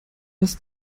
was